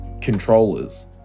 controllers